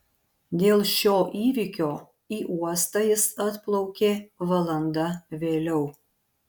dėl šio įvykio į uostą jis atplaukė valanda vėliau